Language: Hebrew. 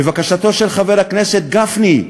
לבקשתו של חבר הכנסת גפני,